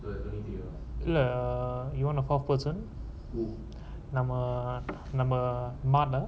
the donee deal lah you want to fourth person who now I'm a I'm a month